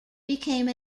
became